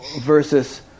versus